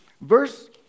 Verse